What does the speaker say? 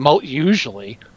usually